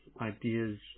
ideas